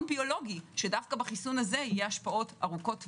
ביולוגי שדווקא בחיסון הזה יהיו השפעות ארוכות טווח.